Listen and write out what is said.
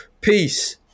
peace